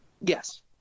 yes